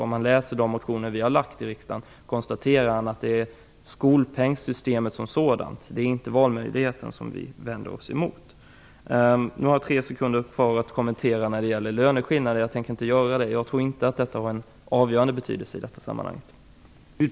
Om han läser de motioner vi har väckt i riksdagen kan han konstatera att det är skolpengssystemet som sådant och inte valmöjligheterna som vi vänder oss emot. Jag har tre sekunder på mig att kommentera det som sades om löneskillnaderna. Jag tänker inte göra det. Jag tror inte att det var av avgörande betydelse i sammanhanget.